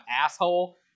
asshole